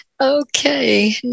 Okay